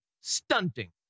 Stunting